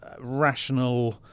rational